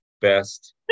best